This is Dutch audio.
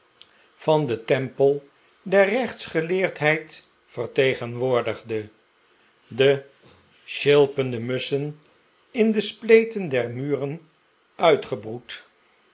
van den tempel der rechtsgeleerdheid vertegenwoordigde de sjilpende musschen in de spleten der muren uitgebroed